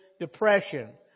depression